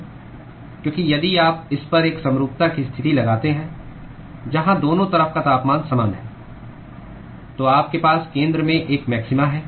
क्योंकि यदि आप इस पर एक समरूपता की स्थिति लगाते हैं जहां दोनों तरफ का तापमान समान है तो आपके पास केंद्र में एक मैक्सिमा है